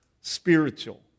spiritual